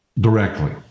directly